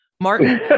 Martin